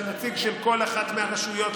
שנציג של כל אחת מהרשויות,